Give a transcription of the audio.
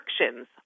restrictions